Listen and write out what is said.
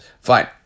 Fine